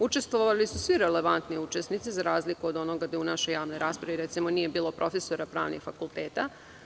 Učestvovali su svi relevantni učesnici, za razliku od onoga da u našoj javnoj raspravi nije bilo profesora pravnih fakulteta.